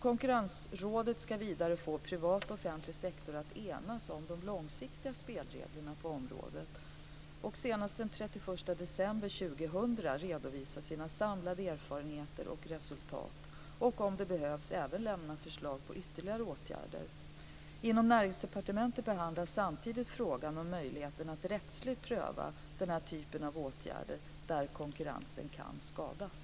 Konkurrensrådet ska vidare få privat och offentlig sektor att enas om de långsiktiga spelreglerna på området, och senast den 31 december 2000 redovisa sina samlade erfarenheter och resultat och, om det behövs, även lämna förslag till ytterligare åtgärder. Inom Näringsdepartementet behandlas samtidigt frågan om möjligheten att rättsligt pröva den här typen av åtgärder där konkurrensen kan skadas.